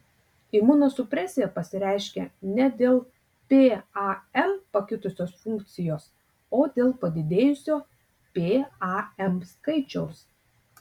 imunosupresija pasireiškia ne dėl pam pakitusios funkcijos o dėl padidėjusio pam skaičiaus